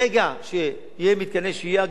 ברגע שיהיו מתקני שהייה,